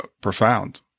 profound